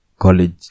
college